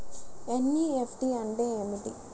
NEFT అంటే ఏమిటీ?